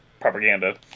propaganda